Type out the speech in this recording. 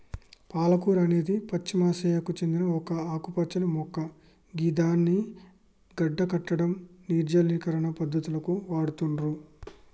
పాలకూర అనేది పశ్చిమ ఆసియాకు సేందిన ఒక ఆకుపచ్చని మొక్క గిదాన్ని గడ్డకట్టడం, నిర్జలీకరణ పద్ధతులకు వాడుతుర్రు